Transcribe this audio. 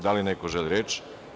Da li neko želi reč?